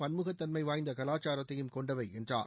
பன்முகதன்மை வாய்ந்த கவாச்சாரத்தையும் கொண்டவை என்றார்